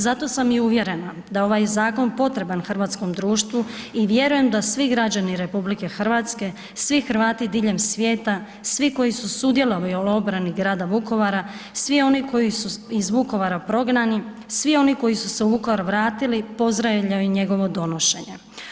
Zato sam i uvjerena da ovaj zakon potreban hrvatskom društvu i vjerujem da svi građani RH, svi Hrvati diljem svijeta, svi koji su sudjelovali u obrani grada Vukovara, svi oni koji su iz Vukovara prognani, svi oni koji su se u Vukovar vratili pozdravljaju njegovo donošenje.